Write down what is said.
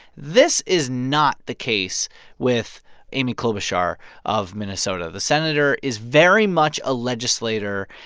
this is not the case with amy klobuchar of minnesota. the senator is very much a legislator.